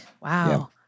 wow